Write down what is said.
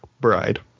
bride